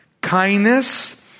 kindness